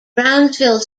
brownsville